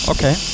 Okay